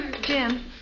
Jim